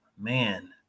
man